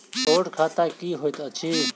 छोट खाता की होइत अछि